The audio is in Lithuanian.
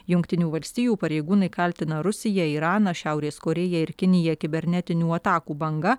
jungtinių valstijų pareigūnai kaltina rusiją iraną šiaurės korėją ir kiniją kibernetinių atakų banga